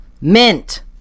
mint